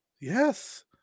Yes